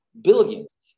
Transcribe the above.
Billions